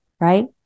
right